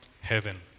heaven